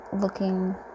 looking